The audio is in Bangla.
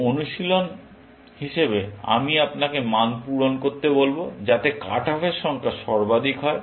একটি অনুশীলন হিসাবে আমি আপনাকে মান পূরণ করতে বলব যাতে কাট অফের সংখ্যা সর্বাধিক হয়